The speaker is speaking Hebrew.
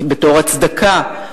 בתור הצדקה.